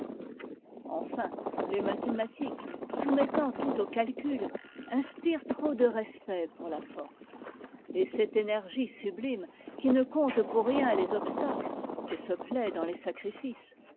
ennn les mathématiques soumettant tout au calcul inspirent trop de respect pour la force et cette énergie sublime qui ne compte pour rien les obstacles et se plaît dans les sacrifices